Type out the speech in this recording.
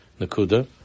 Nakuda